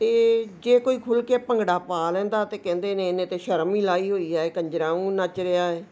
ਅਤੇ ਜੇ ਕੋਈ ਖੁੱਲ੍ਹ ਕੇ ਭੰਗੜਾ ਪਾ ਲੈਂਦਾ ਤਾਂ ਕਹਿੰਦੇ ਨੇ ਇਹਨੇ ਤਾਂ ਸ਼ਰਮ ਹੀ ਲਾਈ ਹੋਈ ਹੈ ਕੰਜਰਾ ਵਾਂਗੂ ਨੱਚ ਰਿਹਾ